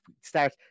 start